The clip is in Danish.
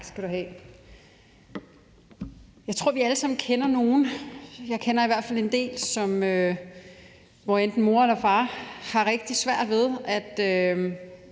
Tak skal du have. Jeg tror, at vi alle sammen kender nogle familier – jeg kender i hvert fald en del – hvor enten mor eller far har rigtig svært ved at